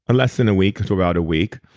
less than a week to about a week.